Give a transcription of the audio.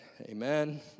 amen